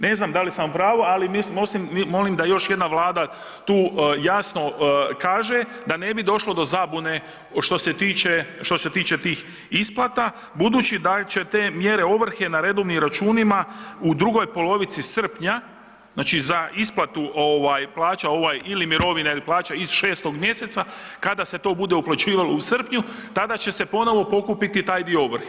Ne znam da li sam u pravu, ali mislim, molim da još jedna Vlada tu jasno kaže da ne bi došlo do zabune što se tiče tih isplata, budući da će te mjere ovrhe na redovnim računima u drugoj polovici srpnja, znači za isplatu plaća ili mirovina ili plaća iz 6. mjeseca, kada se to bude uplaćivalo u srpnju, tada će se ponovo pokupiti taj dio ovrhe.